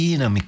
Ina